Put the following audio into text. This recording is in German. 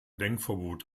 denkverbot